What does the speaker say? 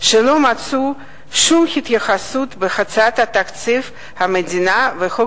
שלא מצאו שום התייחסות בהצעת תקציב המדינה וחוק